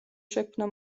შექმნა